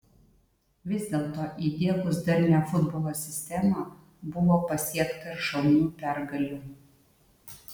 vis dėlto įdiegus darnią futbolo sistemą buvo pasiekta ir šaunių pergalių